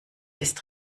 ist